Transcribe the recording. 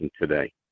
today